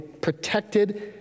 protected